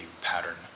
pattern